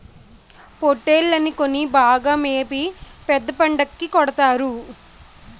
పోట్టేల్లని కొని బాగా మేపి పెద్ద పండక్కి కొడతారు